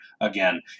again